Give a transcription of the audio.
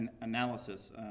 analysis